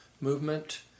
movement